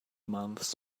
months